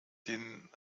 den